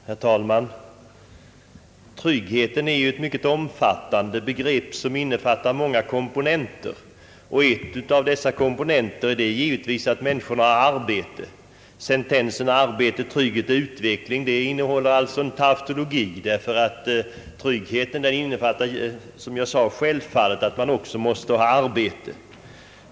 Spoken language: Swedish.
Herr talman! Tryggheten är ett mycket omfattande begrepp, som innefattar många komponenter, och en av dessa komponenter är givetvis att människorna har arbete. Sentensen »arbete, trygghet, utveckling» innehåller alltså en tautologi, ty tryggheten innefattar självfallet att man måste ha arbete.